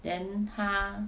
then 他